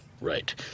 Right